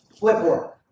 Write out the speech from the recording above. Flipboard